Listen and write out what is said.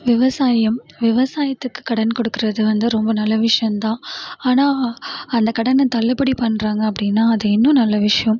விவசாயம் விவசாயத்துக்கு கடன் கொடுக்குறது வந்து ரொம்ப நல்ல விஷயந்தான் ஆனால் அந்த கடனை தள்ளுபடி பண்ணுறாங்க அப்படின்னா அது இன்னும் நல்ல விஷயம்